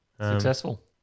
Successful